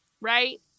right